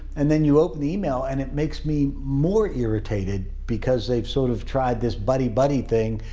and then you open the email and it makes me more irritated because they've sort of tried this buddy buddy thing.